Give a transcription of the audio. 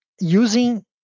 using